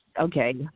okay